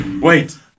wait